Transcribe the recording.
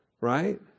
right